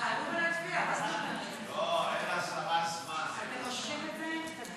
תעלו להצביע, לא, אין לשרה זמן, אתם מושכים את זה?